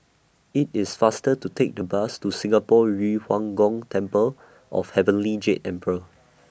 IT IS faster to Take The Bus to Singapore Yu Huang Gong Temple of Heavenly Jade Emperor